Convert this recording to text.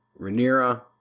Rhaenyra